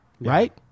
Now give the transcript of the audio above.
Right